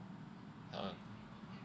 uh